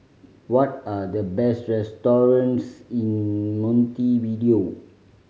what are the best restaurants in Montevideo